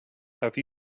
have